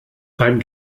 ein